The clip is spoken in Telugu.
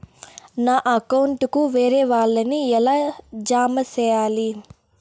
నా అకౌంట్ కు వేరే వాళ్ళ ని ఎలా జామ సేయాలి?